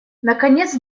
наконец